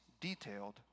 detailed